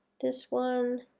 this one,